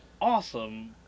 awesome